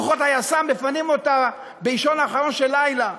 כוחות היס"מ מפנים אותה באישון אחרון של לילה,